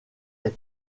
est